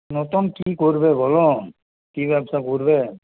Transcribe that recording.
নতুন কী করবে বলো কী ব্যবসা করবে